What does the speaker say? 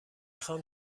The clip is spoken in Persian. خوام